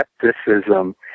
skepticism